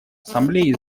ассамблеи